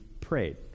prayed